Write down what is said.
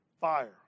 fire